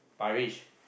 Parish